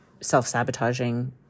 self-sabotaging